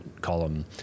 column